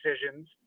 decisions